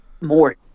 more –